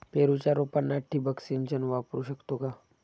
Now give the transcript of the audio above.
पेरूच्या रोपांना ठिबक सिंचन वापरू शकतो का?